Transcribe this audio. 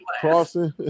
crossing